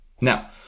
Now